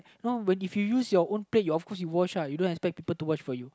oh but if you use your own plate you of course you wash uh you don't expect people to wash for you